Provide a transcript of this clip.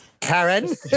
Karen